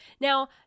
Now